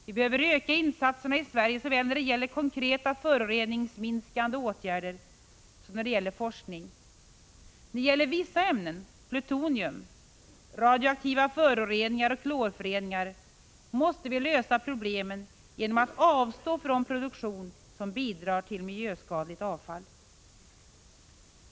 Vi behöver öka insatserna i Sverige, såväl när det gäller konkreta föroreningsminskande åtgärder som när det gäller forskning. Problemen med vissa ämnen, som plutonium, radioaktiva föroreningar och klorföreningar, måste vi lösa genom att avstå från produktion som bidrar till miljöskadligt avfall.